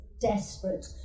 desperate